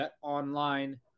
Online